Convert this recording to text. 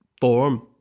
form